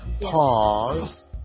Pause